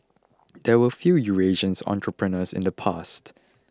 there were few Eurasian entrepreneurs in the past